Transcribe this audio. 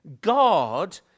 God